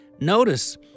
Notice